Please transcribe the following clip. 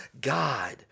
God